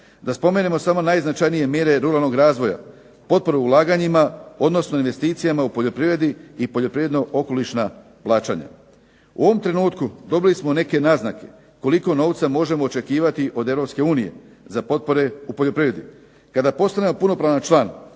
Da spomenemo samo najznačajnije mjere ruralnog razvoja. Potpore ulaganjima odnosno investicijama u poljoprivredi i poljoprivredno-okolišna plaćanja. U ovom trenutku dobili smo neke naznake koliko novca možemo očekivati od Europske unije za potpore u poljoprivredi kada postanemo punopravan član